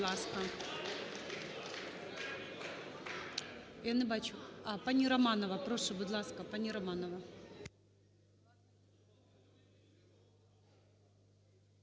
Пані Романова, прошу, будь ласка.